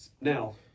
Now